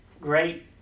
Great